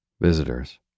Visitors